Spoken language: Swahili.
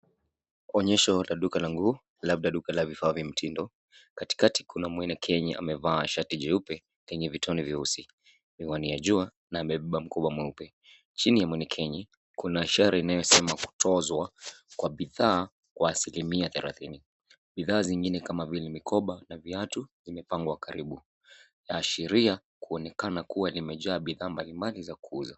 Onyesho la duka la nguo, labda duka la vifaa vya mtindo. Katikati kuna manikini aliyevaa shati jeupe lenye vitone vyeusi, miwani ya jua na amebeba mkoba mweupe. Chini ya makini kuna ishara inayosema kutozwa kwa bidhaa kwa asilimia thelathini. Bidhaa zingine kama vile mikoba na viatu zimepangwa karibu, yaashiria kuonekana kuwa limejaa bidhaa mbalimbali za kuuza.